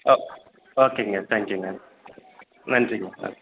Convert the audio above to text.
ஓ ஓகேங்க தேங்க் யூங்க நன்றிங்க நன்றி